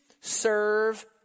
serve